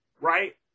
right